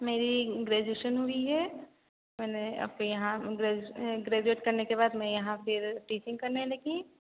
मेरी ग्रेजुएशन हुई है मैंने और फिर यहाँ ग्रैजुएट करने के बाद मैं यहाँ फिर टीचिंग करने लगी